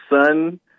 son